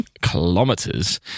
kilometers